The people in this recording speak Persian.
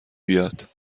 بیاد